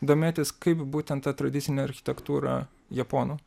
domėtis kaip būtent ta tradicinė architektūra japonų